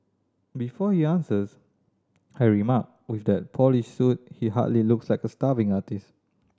before he answers I remark with that polished suit he hardly looks like a starving artist